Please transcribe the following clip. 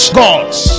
gods